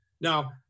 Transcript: Now